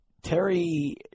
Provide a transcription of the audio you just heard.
terry